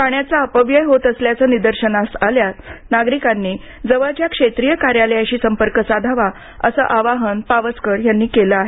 पाण्याचा अपव्यय होत असल्याचे निदर्शनास आल्यास नागरिकांनी जवळच्या क्षेत्रीय कार्यालयाशी संपर्क साधावा असं आवाहन पावसकर यांनी केलं आहे